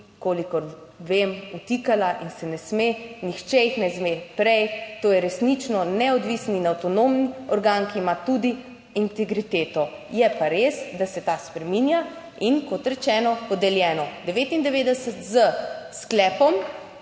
kolikor vem, vtikala in se ne sme, nihče jih ne sme prej. To je resnično neodvisen in avtonomen organ, ki ima tudi integriteto, je pa res, da se ta spreminja in kot rečeno, podeljeno 1999 s sklepom